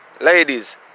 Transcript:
ladies